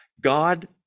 God